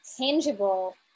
tangible